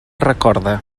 recorda